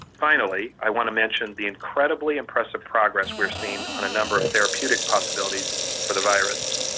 finally, i want to mention the incredibly impressive progress we are seeing on a number of therapeutic possibilities for the virus.